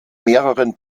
mehreren